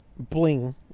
bling